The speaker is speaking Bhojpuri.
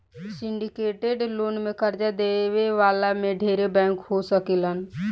सिंडीकेटेड लोन में कर्जा देवे वाला में ढेरे बैंक हो सकेलन सा